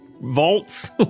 vaults